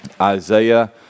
Isaiah